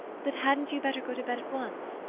but hadn't you better go to bed at once?